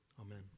amen